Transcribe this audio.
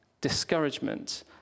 discouragement